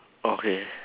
okay